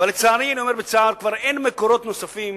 לצערי, כבר אין מקורות נוספים